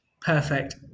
Perfect